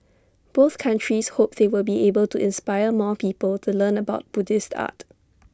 both countries hope they will be able to inspire more people to learn about Buddhist art